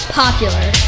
popular